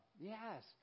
Yes